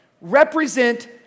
represent